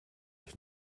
ich